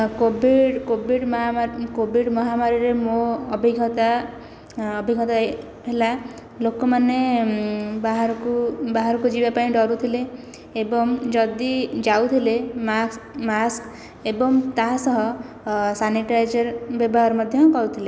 Covid covid ମାହାମାରୀରେ ମୋ' ଅଭିଜ୍ଞତା ଅଭିଜ୍ଞତା ହେଲା ଲୋକମାନେ ବାହାରକୁ ବାହାରକୁ ଯିବା ପାଇଁ ଡରୁଥିଲେ ଏବଂ ଯଦି ଯାଉଥିଲେ ମାସ୍କ ମାସ୍କ ଏବଂ ତା'ସହ ସାନିଟାଇଜର ବ୍ୟବହାର ମଧ୍ୟ କରୁଥିଲେ